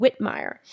Whitmire